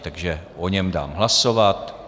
Takže o něm dám hlasovat.